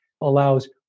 allows